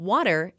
Water